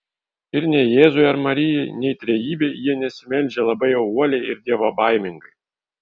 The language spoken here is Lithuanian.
ir nei jėzui ar marijai nei trejybei jie nesimeldžia labai jau uoliai ir dievobaimingai